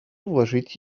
вложить